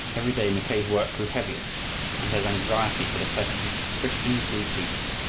every day mackay's work grew heavier and his anxiety for the persecuted christians grew deeper.